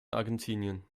argentinien